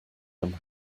them